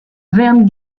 vern